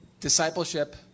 Discipleship